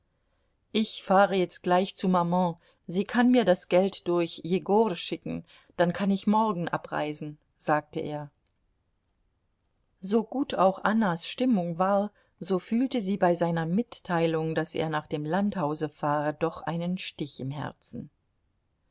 ich fahre jetzt gleich zu maman sie kann mir das geld durch jegor schicken dann kann ich morgen abreisen sagte er so gut auch annas stimmung war so fühlte sie bei seiner mitteilung daß er nach dem landhause fahre doch einen stich im herzen